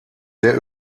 der